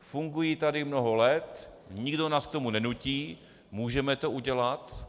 Fungují tady mnoho let, nikdo nás k tomu nenutí, můžeme to udělat,